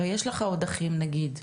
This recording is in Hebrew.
הרי יש לך עוד אחים נגיד.